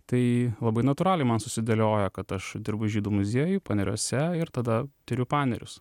tai labai natūraliai man susidėliojo kad aš dirbu žydų muziejuj paneriuose ir tada tiriu panerius